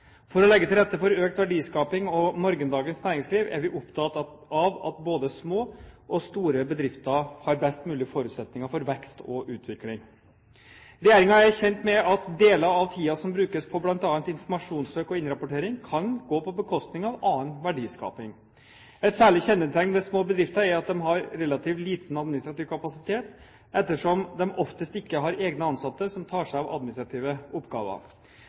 For å legge til rette for økt verdiskaping og morgendagens næringsliv er vi opptatt av at både små og store bedrifter har best mulig forutsetninger for vekst og utvikling. Regjeringen er kjent med at deler av tiden som brukes på bl.a. informasjonssøk og innrapportering, kan gå på bekostning av annen verdiskaping. Et særlig kjennetegn ved små bedrifter er at de har relativt liten administrativ kapasitet, ettersom de oftest ikke har egne ansatte som tar seg av administrative oppgaver.